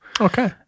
okay